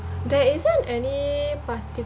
there isn't any particular